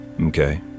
Okay